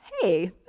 Hey